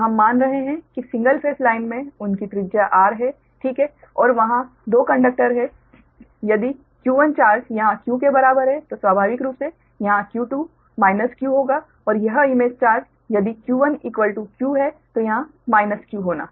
तो हम मान रहे हैं कि सिंगल फेज लाइन में उनकी त्रिज्या r है ठीक है और वहाँ 2 कंडक्टर हैं यदि q1 चार्ज यहाँ q के बराबर है तो स्वाभाविक रूप से यहाँ q2 माइनस q होगा और यह इमेज चार्ज यदि q1 q है तो यहाँ माइनस q होगा